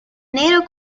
nero